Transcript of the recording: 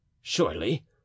surely